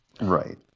right